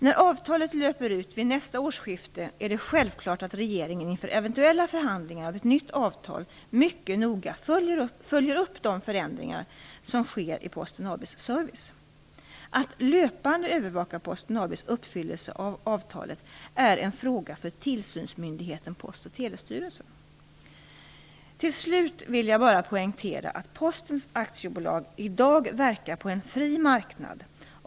När avtalet löper ut vid nästa årsskifte är det självklart att regeringen inför eventuella förhandlingar om ett nytt avtal mycket noga följer upp de förändringar som sker i Posten AB:s service. Att löpande övervaka Posten AB:s uppfyllelse av avtalet är en fråga för tillsynsmyndigheten Post och telestyrelsen. Till slut vill jag bara poängtera att Posten AB i dag verkar på en fri marknad.